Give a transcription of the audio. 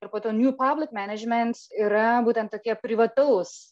ir po tuo new public management yra būtent tokie privataus